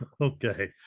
Okay